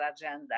agenda